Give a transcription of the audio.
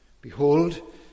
Behold